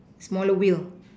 smaller wheel